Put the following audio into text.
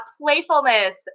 playfulness